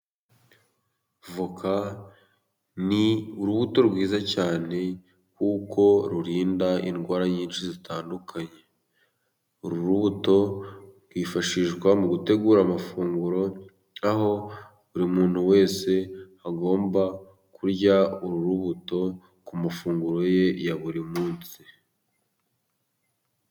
Avoka ni urubuto rwiza cyane kuko rurinda indwara nyinshi zitandukanye. Urubuto rwifashishwa mu gutegura amafunguro aho buri muntu wese agomba kurya urubuto ku mafunguro ye ya buri munsi.